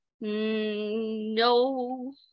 No